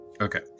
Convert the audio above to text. Okay